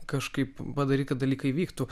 kažkaip padaryt kad dalykai vyktų